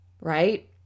right